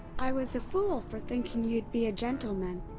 i was a fool for thinking you'd be a gentleman.